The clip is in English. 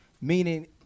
meaning